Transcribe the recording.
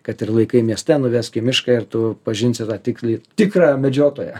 kad ir laikai mieste nuvesk į mišką ir tu pažinsi tą tiksliai tikrą medžiotoją